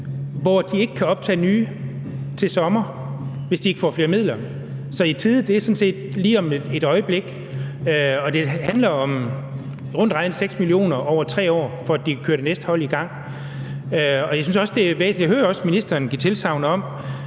men de kan ikke optage nye til sommer, hvis ikke de får flere midler. Så »i tide« er sådan set lige om et øjeblik. Det handler om rundt regnet 6 mio. kr. over 3 år, for at de kan køre det næste hold i gang. Jeg hører også ministeren give tilsagn om,